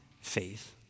faith